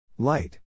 Light